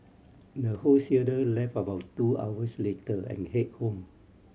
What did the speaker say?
the wholesaler left about two hours later and headed home